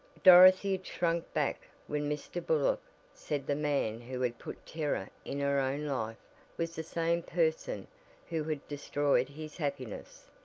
dorothy had shrunk back when mr. burlock said the man who had put terror in her own life was the same person who had destroyed his happiness.